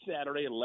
saturday